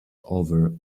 over